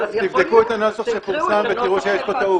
תבדקו את הנוסח שפורסם ותראו שיש פה טעות.